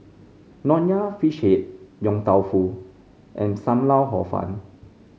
Nonya Fish Head Yong Tau Foo and Sam Lau Hor Fun